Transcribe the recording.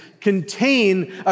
contain